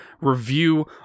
review